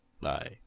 Bye